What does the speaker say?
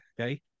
okay